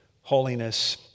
Holiness